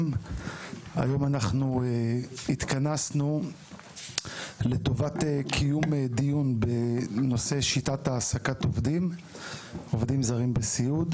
היום התכנסנו לטובת קיום דיון בנושא שיטת העסקת עובדים זרים בסיעוד.